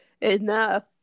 enough